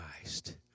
Christ